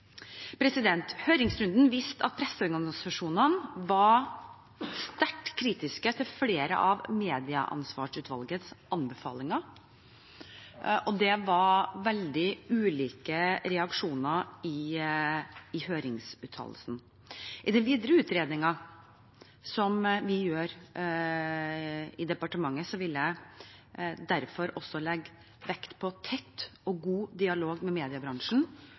Høringsrunden viste at presseorganisasjonene var sterkt kritiske til flere av Medieansvarsutvalgets anbefalinger. Det var veldig ulike reaksjoner som kom frem i høringsuttalelsen. I den videre utredningen i departementet vil jeg derfor også legge vekt på tett og god dialog med mediebransjen